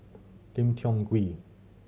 Lim Tiong Ghee